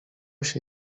się